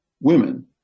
women